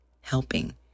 helping